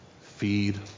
Feed